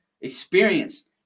experience